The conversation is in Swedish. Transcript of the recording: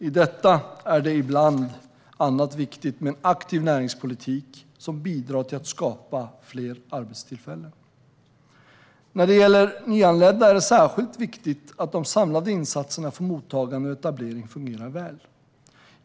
I detta är det bland annat viktigt med en aktiv näringspolitik som bidrar till att skapa fler arbetstillfällen. När det gäller nyanlända är det särskilt viktigt att de samlade insatserna för mottagande och etablering fungerar väl.